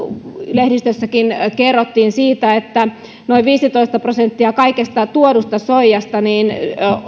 lehdistössäkin kerrottiin siitä että noin viisitoista prosenttia kaikesta tuodusta soijasta